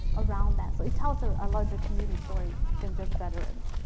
around that. so it tells so a larger community story than just veterans.